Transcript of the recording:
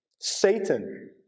Satan